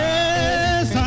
Yes